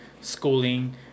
schooling